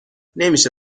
نمیشه